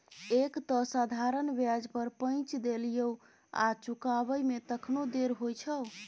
एक तँ साधारण ब्याज पर पैंच देलियौ आ चुकाबै मे तखनो देर होइ छौ